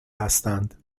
هستند